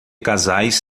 casais